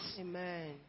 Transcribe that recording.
Amen